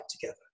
together